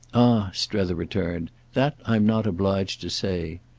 ah, strether returned, that i'm not obliged to say.